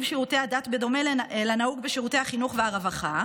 שירותי הדת בדומה לנהוג בשירותי החינוך והרווחה,